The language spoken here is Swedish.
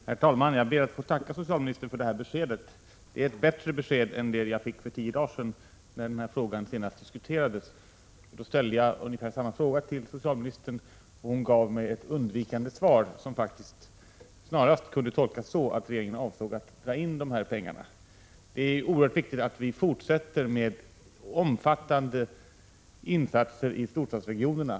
Herr talman! Jag ber att få tacka socialministern för det här beskedet. Det är ett bättre besked än det jag fick för tio dagar sedan när frågan senast diskuterades. Då ställde jag ungefär samma fråga till socialministern. Hon gav mig ett undvikande svar, som faktiskt snarast kunde tolkas så, att regeringen avsåg att dra in de här pengarna. Det är oerhört viktigt att vi fortsätter med omfattande insatser i storstadsregionerna.